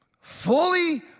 fully